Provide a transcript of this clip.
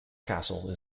castle